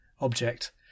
object